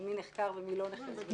מי נחקר ומי לא נחקר.